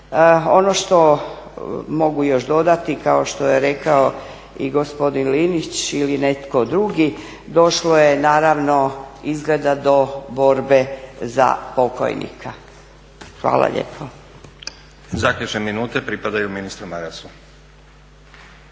Ono što još mogu dodati kao što je rekao i gospodin Linić ili netko drugi, došlo je naravno izgleda do borbe za pokojnika. Hvala lijepo.